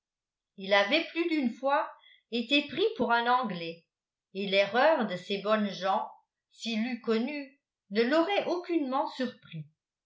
il avait plus d'une fois été pris pour un anglais et l'erreur de ces bonnes gens s'il l'eût connue ne l'aurait aucunement surpris